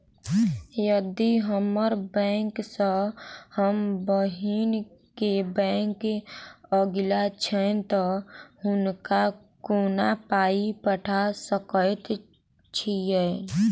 यदि हम्मर बैंक सँ हम बहिन केँ बैंक अगिला छैन तऽ हुनका कोना पाई पठा सकैत छीयैन?